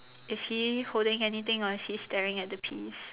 is he holding anything or is he staring at the piece